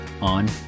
on